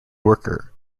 worker